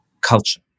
culture